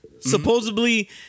Supposedly